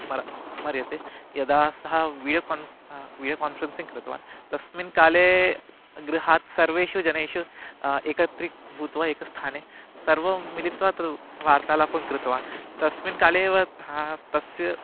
मर स्मर्यते यदा सः वीडियो कान् वीडियो कान्फ़रेन्सिङ्ग् कृतवान् तस्मिन् काले गृहात् सर्वेषु जनेषु एकत्री भूत्वा एकस्थाने सर्वं मिलित्वा तद् वार्तालापं कृतवान् तस्मिन् काले एव ह तस्य